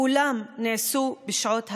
כולם נעשו בשעות הלילה,